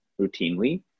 routinely